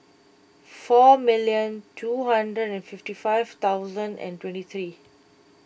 four million two hundred and fifty five thousand and twenty three